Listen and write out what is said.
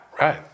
right